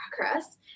progress